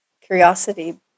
curiosity